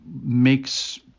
Makes